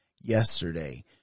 yesterday